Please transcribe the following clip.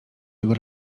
jego